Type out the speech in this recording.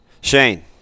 Shane